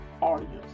audience